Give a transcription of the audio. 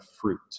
fruit